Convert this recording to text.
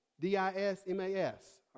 D-I-S-M-A-S